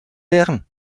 wären